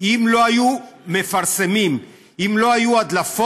אם לא היו מפרסמים, אם לא היו הדלפות,